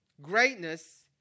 Greatness